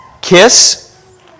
Kiss